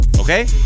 okay